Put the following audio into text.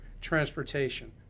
transportation